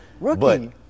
rookie